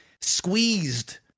squeezed